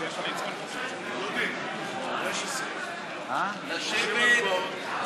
ההסתייגות, לכן הסתייגות 70 לא התקבלה.